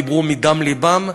דיברו מדם לבם,